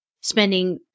spending